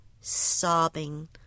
sobbing